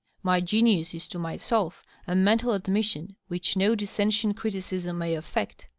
my genius is to myself a mental admission which no dissentient criti cism may affect.